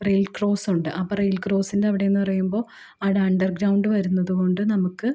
rail ക്രോസുണ്ട് അപ്പോൾ rail ക്രോസിൻ്റെ അവിടെയെന്ന് പറയുമ്പോൾ ആടെ അണ്ടർ ഗ്രൗണ്ട് വരുന്നതുകൊണ്ട് നമുക്ക്